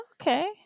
okay